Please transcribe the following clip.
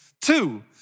Two